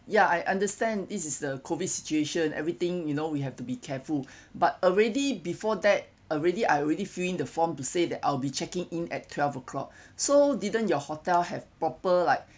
ya I I understand is the COVID situation everything you know we have to be careful but already before that already I already fill in the form to say that I'll be checking in at twelve o'clock so didn't your hotel have proper like